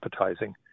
appetizing